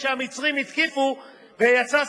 כשהמצרים התקיפו ויצא,